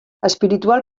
espiritual